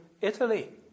Italy